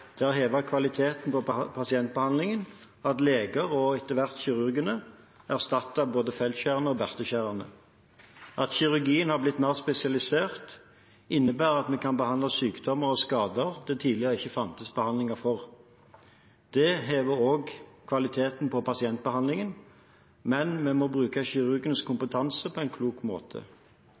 det har hevet kvaliteten på pasientbehandlingen at leger, og etter hvert kirurgene, erstattet både feltskjærerne og bartskjærerne. At kirurgien har blitt mer spesialisert, innebærer at vi kan behandle sykdommer og skader det tidligere ikke fantes behandling for. Det hever også kvaliteten på pasientbehandlingen. Men vi må bruke kirurgenes kompetanse på en klok måte.